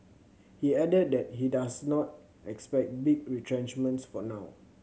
he added that he does not expect big retrenchments for now